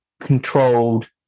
controlled